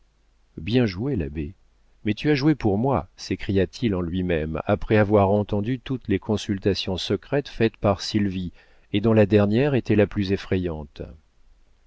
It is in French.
bien joué l'abbé mais tu as joué pour moi s'écria-t-il en lui-même après avoir entendu toutes les consultations secrètes faites par sylvie et dont la dernière était la plus effrayante